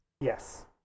Yes